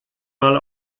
mal